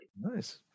Nice